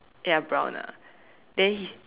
ya brown ah then he's